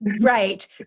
Right